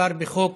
מדובר בחוק